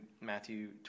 Matthew